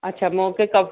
अच्छा मोके कप